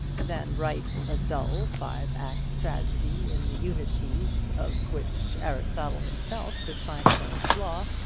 than write a dull five-act tragedy, in the unities of which aristotle himself could find no flaw,